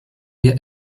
wir